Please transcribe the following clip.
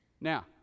Now